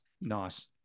Nice